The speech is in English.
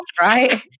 right